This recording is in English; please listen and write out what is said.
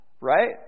Right